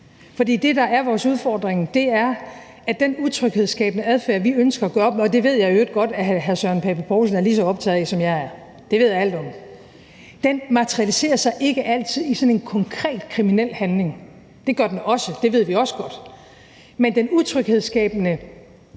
For det, der er vores udfordring, er, at den utryghedsskabende adfærd, vi ønsker at stoppe – og det ved jeg i øvrigt godt at hr. Søren Pape Poulsen er lige så optaget af, som jeg er; det ved jeg alt om – ikke altid materialiserer sig i en konkret kriminel handling. Det gør den også, og det ved vi også godt, men den utryghedsskabende